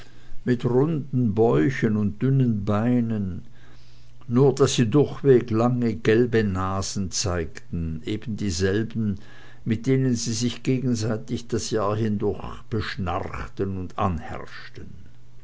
mit runden bäuchen und dünnen beinen nur daß sie durchweg lange gelbe nasen zeigten ebendieselben mit denen sie sich gegenseitig das jahr hindurch beschnarchten und anherrschten